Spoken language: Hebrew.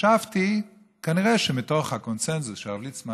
חשבתי שכנראה מתוך הקונסנזוס שהרב ליצמן